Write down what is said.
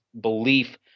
belief